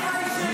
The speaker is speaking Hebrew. את בקריאה שנייה.